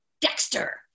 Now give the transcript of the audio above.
Dexter